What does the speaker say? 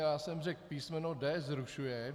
Já jsem řekl písmeno d) zrušuje.